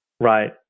Right